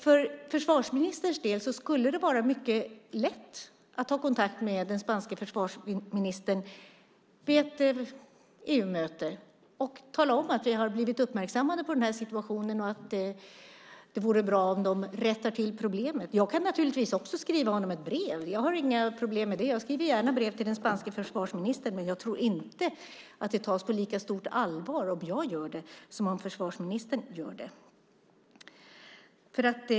För försvarsministerns del skulle det vara mycket lätt att ta kontakt med den spanske försvarsministern vid ett EU-möte och tala om att vi blivit uppmärksammade på situationen och att det vore bra om de rättade till problemet. Jag kan naturligtvis skriva honom ett brev; jag har inga problem med det. Jag skriver gärna brev till den spanske försvarsministern, men jag tror inte att det tas på lika stort allvar om jag gör det som om försvarsministern gör det.